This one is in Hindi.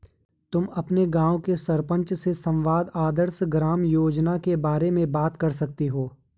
तुम अपने गाँव के सरपंच से सांसद आदर्श ग्राम योजना के बारे में बात कर सकती हो